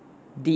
deep